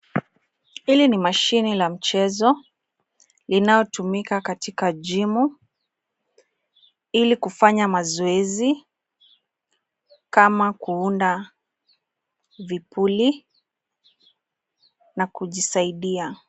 Hili ni mashine la mchezo linatumika katika jimu ili kufanya mazoezi kama kuunda vipuli na kujisaidia.